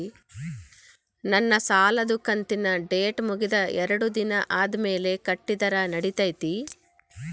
ನನ್ನ ಸಾಲದು ಕಂತಿನ ಡೇಟ್ ಮುಗಿದ ಎರಡು ದಿನ ಆದ್ಮೇಲೆ ಕಟ್ಟಿದರ ನಡಿತೈತಿ?